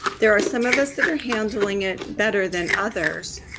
there are some of us that are handling it better than others.